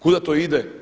Kuda to ide?